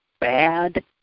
bad